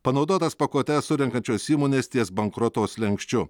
panaudotas pakuotes surenkančios įmonės ties bankroto slenksčiu